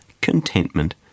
contentment